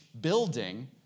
building